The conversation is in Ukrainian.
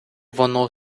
воно